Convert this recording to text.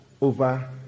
over